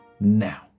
now